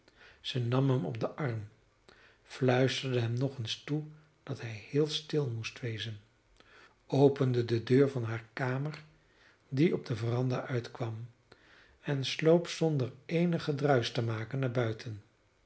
zij nam hem op den arm fluisterde hem nog eens toe dat hij heel stil moest wezen opende de deur van hare kamer die op de veranda uitkwam en sloop zonder eenig gedruisch te maken naar buiten